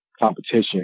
competition